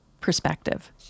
perspective